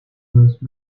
those